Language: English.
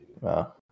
Wow